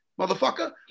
Motherfucker